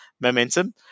momentum